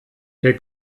der